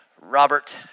Robert